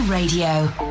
Radio